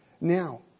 now